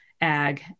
ag